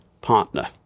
partner